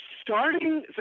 starting